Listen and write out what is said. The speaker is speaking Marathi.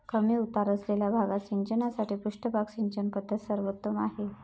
कमी उतार असलेल्या भागात सिंचनासाठी पृष्ठभाग सिंचन पद्धत सर्वोत्तम आहे